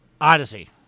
Odyssey